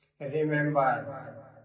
Remember